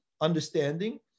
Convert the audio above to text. understanding